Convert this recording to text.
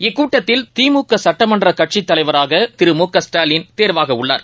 இக்கூட்டத்தில் திமுகசட்டமன்றக் கட்சித் தலைவராகதிரு மு க ஸ்டாலின் தேர்வாகவுள்ளார்